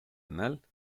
anal